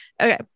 Okay